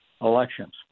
elections